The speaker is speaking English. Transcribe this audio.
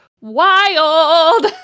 wild